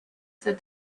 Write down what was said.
that